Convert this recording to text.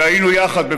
והיינו ביחד,